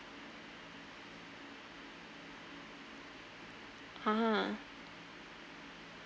!huh!